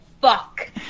fuck